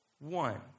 one